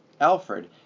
Alfred